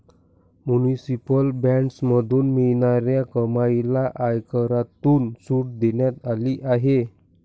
municipal बॉण्ड्समधून मिळणाऱ्या कमाईला आयकरातून सूट देण्यात आली आहे